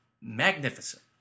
magnificent